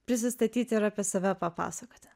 prisistatyti ir apie save papasakoti